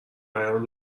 بیان